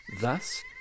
thus